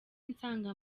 nsanga